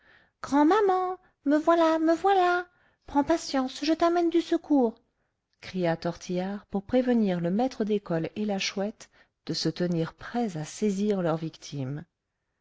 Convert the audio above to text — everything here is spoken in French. grand'maman me voilà me voilà prends patience je t'amène du secours cria tortillard pour prévenir le maître d'école et la chouette de se tenir prêts à saisir leur victime